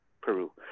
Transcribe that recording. Peru